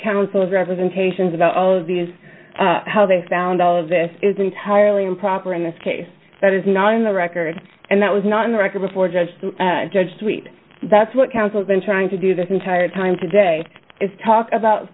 counsel representation is about all of these how they found all of this is entirely improper in this case that is not in the record and that was not in the record before judge judge sweet that's what counsel been trying to do this entire time today is talk about the